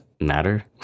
matter